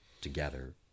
together